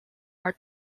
are